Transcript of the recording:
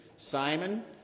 Simon